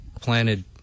planted